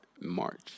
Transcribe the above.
March